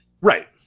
Right